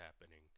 happening